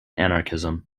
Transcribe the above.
anarchism